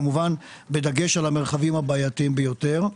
כמובן בדגש על המרחבים הבעייתיים ביותר.